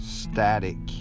static